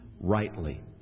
rightly